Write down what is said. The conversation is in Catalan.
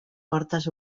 fortes